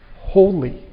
holy